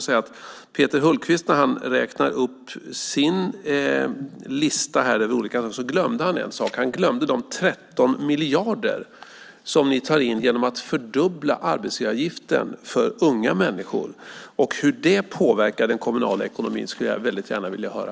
När Peter Hultqvist läste upp sin lista över olika saker glömde han en sak, nämligen de 13 miljarder som ni tar in genom att fördubbla arbetsgivaravgiften för unga människor. Hur det påverkar den kommunala ekonomin skulle jag väldigt gärna vilja höra.